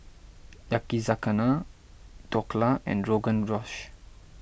Yakizakana Dhokla and Rogan Josh